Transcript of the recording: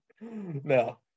No